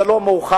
זה לא מאוחר.